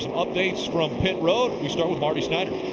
updates from pit road, we start with marty snyder.